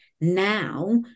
Now